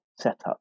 setup